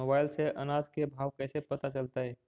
Mobile से अनाज के भाव कैसे पता चलतै?